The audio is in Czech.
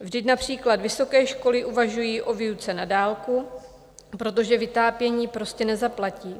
Vždyť například vysoké školy uvažují o výuce na dálku, protože vytápění prostě nezaplatí.